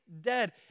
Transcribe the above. dead